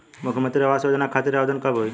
मुख्यमंत्री आवास योजना खातिर आवेदन कब से होई?